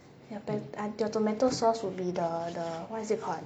your to~ tomato sauce would be the the what is it called